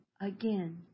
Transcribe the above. again